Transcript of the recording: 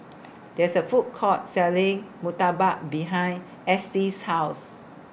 There IS A Food Court Selling Murtabak behind Estie's House